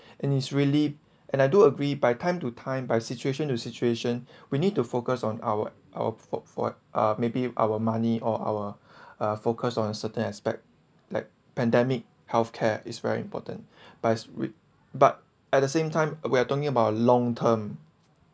and it's really and I do agree by time to time by situation to situation we need to focus on our our v~ vote uh maybe our money or our uh focus on certain aspect like pandemic health care is very important but it's w~ but at the same time we are talking about long term